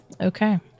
Okay